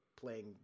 playing